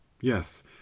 yes